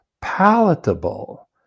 palatable